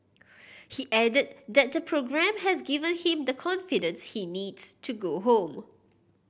he added that the programme has given him the confidence he needs to go home